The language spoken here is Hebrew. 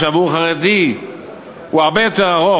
שעבור חרדי הוא הרבה יותר ארוך,